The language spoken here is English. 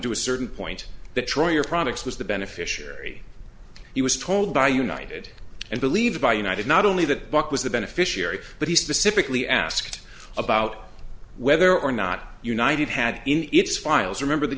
to a certain point the troyer products was the beneficiary he was told by united and believed by united not only that buck was the beneficiary but he specifically asked about whether or not united had in its files remember that